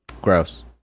Gross